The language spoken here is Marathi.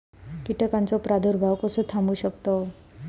कीटकांचो प्रादुर्भाव कसो थांबवू शकतव?